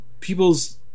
people's